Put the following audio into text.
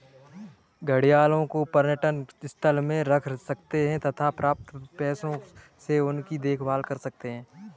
घड़ियालों को पर्यटन स्थल में रख सकते हैं तथा प्राप्त पैसों से उनकी देखभाल कर सकते है